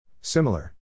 Similar